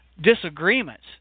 disagreements